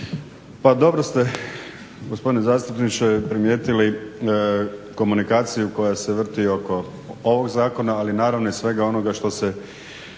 Pa dobro ste gospodine zastupniče primijetili komunikaciju koja se vrti oko ovog zakona, ali naravno i svega onoga što se